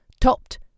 topped